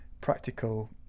practical